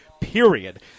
period